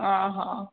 ହ ହ